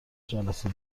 جلسه